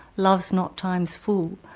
love's not time's fool,